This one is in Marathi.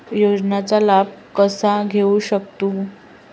योजनांचा लाभ कसा घेऊ शकतू?